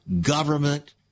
government